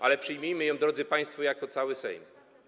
Ale przyjmijmy ją, drodzy państwo, jako cały Sejm.